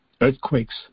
earthquakes